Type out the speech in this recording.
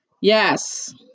Yes